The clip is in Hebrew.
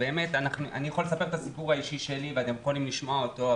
אני יכול לספר את הסיפור האישי שלי ואתם יכולים לשמוע אותו,